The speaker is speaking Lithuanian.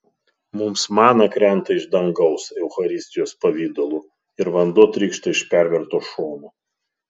mums mana krenta iš dangaus eucharistijos pavidalu ir vanduo trykšta iš perverto šono